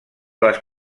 les